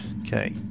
Okay